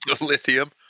lithium